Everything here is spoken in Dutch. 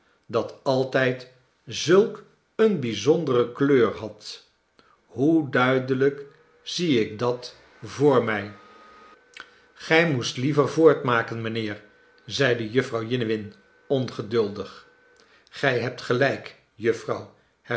dat altijd zulk eene bijzondere kleur had hoe duidelijk zie ik dat voor mij gij moest liever voortmaken mijnheer i zeide jufvrouw jiniwin ongeduldig gij hebt gelijk jufvrouw